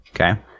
Okay